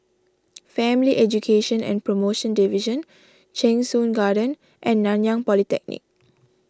Family Education and Promotion Division Cheng Soon Garden and Nanyang Polytechnic